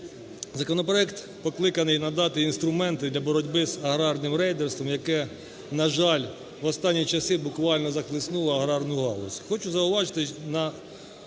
Законопроект покликаний надати інструменти для боротьби з аграрним рейдерством, яке, на жаль, в останні часи буквально захлеснуло аграрну галузь.